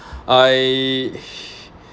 I